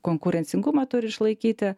konkurencingumą turi išlaikyti